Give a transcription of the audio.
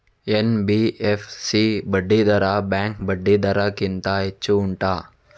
NBFC ಬಡ್ಡಿ ದರ bank ಬಡ್ಡಿ ದರ ಗಿಂತ ಹೆಚ್ಚು ಉಂಟಾ